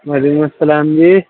وعلیکم السلام جی